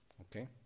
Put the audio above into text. Okay